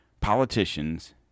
politicians